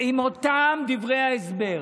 עם אותם דברי ההסבר.